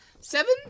seven